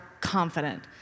confident